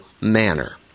manner